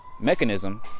mechanism